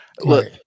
look